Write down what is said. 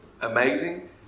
amazing